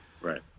right